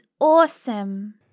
awesome